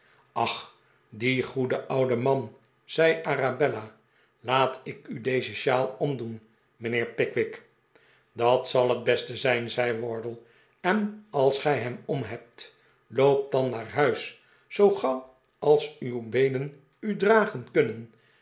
ach die goede oude manl zei arabella laat ik u deze shawl omdoen mijnheer pickwick dat zal het beste zijn zei wardle en als gij hem omhebt loopt dan naar huis zoo gauw als uw beenen u dragen kunnen